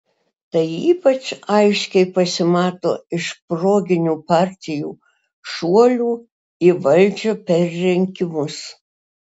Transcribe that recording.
tai ypač aiškiai pasimato iš proginių partijų šuolių į valdžią per rinkimus